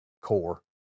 core